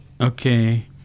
Okay